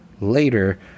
later